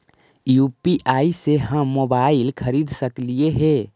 UPI से हम mobile खरिद सकलिऐ है